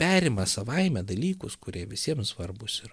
perima savaime dalykus kurie visiems svarbūs yra